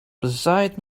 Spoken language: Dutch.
bezaaid